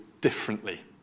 differently